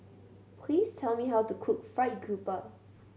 please tell me how to cook fried grouper